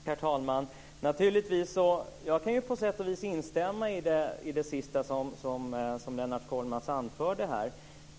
Herr talman! Jag kan på sätt och vis instämma i det sista som Lennart Kollmats anförde här.